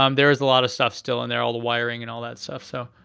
um there's a lot of stuff still in there, all the wiring and all that stuff. so